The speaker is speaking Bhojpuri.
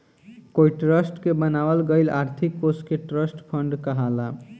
कोई ट्रस्ट के बनावल गईल आर्थिक कोष के ट्रस्ट फंड कहाला